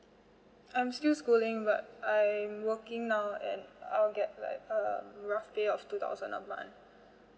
I'm still schooling but I'm working now and I'll get like a rough pay of two thousand a month